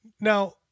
Now